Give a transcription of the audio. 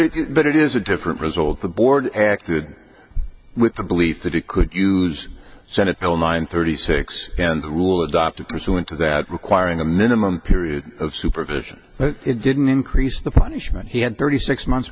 it but it is a different result the board acted with the belief that it could use senate bill nine thirty six and the rule adopted pursuant to that requiring a minimum period of supervision it didn't increase the punishment he had thirty six months